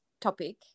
topic